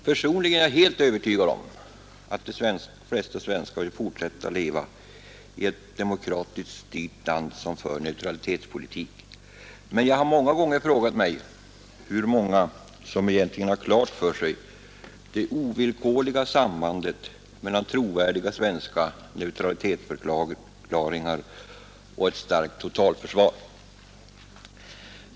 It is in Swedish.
Personligen är jag helt övertygad om att de flesta svenskar vill fortsätta att leva i ett demokratiskt styrt land som för neutralitetspolitik, men jag har många gånger frågat mig hur många som egentligen har klart för sig det ovillkorliga sambandet mellan trovärdiga svenska neutralitetsförklaringar och ett starkt totalförsvar.